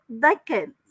decades